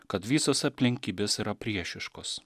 kad visos aplinkybės yra priešiškos